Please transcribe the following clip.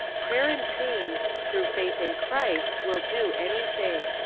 prayer and pains, through faith in christ, will do anything.